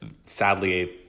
sadly